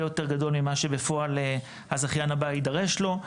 גדול ממה שבפועל הזכיין הבא יידרש לו,